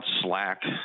Slack